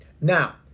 Now